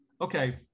okay